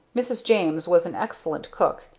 mrs. james was an excellent cook,